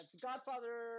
godfather